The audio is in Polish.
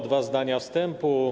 Dwa zdania wstępu.